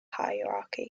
hierarchy